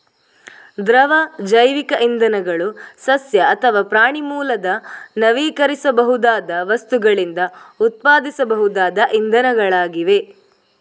ದ್ರವ ಜೈವಿಕ ಇಂಧನಗಳು ಸಸ್ಯ ಅಥವಾ ಪ್ರಾಣಿ ಮೂಲದ ನವೀಕರಿಸಬಹುದಾದ ವಸ್ತುಗಳಿಂದ ಉತ್ಪಾದಿಸಬಹುದಾದ ಇಂಧನಗಳಾಗಿವೆ